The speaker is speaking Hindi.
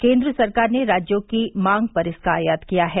केंद्र सरकार ने राज्यों की मांग पर इसका आयात किया है